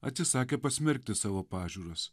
atsisakė pasmerkti savo pažiūras